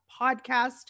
podcast